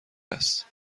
هست